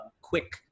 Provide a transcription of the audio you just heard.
quick